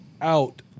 out